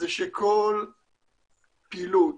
שכל פעילות